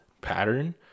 pattern